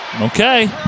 Okay